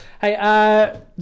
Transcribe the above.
Hey